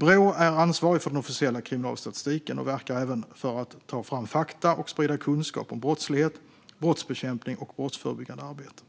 Brå är ansvarigt för den officiella kriminalstatistiken och verkar även för att ta fram fakta och sprida kunskap om brottslighet, brottsbekämpning och brottsförebyggande arbete.